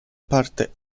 parte